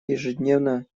ежедневно